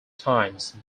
times